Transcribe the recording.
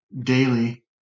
daily